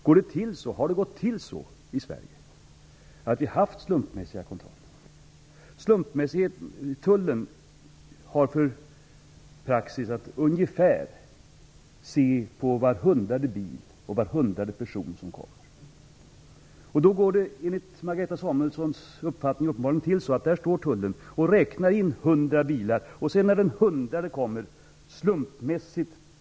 Har det gått till så i Sverige att vi har haft slumpmässiga kontroller? Tullen har som praxis att se på ungefär var hundrade bil och var hundrade person som kommer. Då går det enligt Marianne Samuelssons uppfattning uppenbarligen till så att där står Tullen och räknar in hundra bilar eller hundra personer.